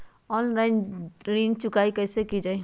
Online ऋण चुकाई कईसे की ञाई?